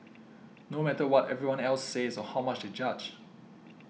no matter what everyone else says or how much they judge